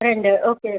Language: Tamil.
ரெண்டு ஓகே